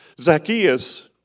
Zacchaeus